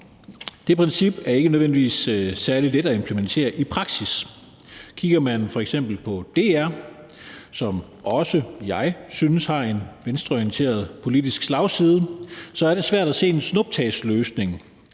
Det princip er ikke nødvendigvis særlig let at implementere i praksis. Kigger man f.eks. på DR, som også jeg synes har en venstreorienteret politisk slagside, er det svært at se en snuptagsløsning;